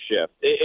shift